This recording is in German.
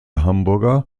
hamburger